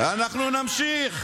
אנחנו נמשיך.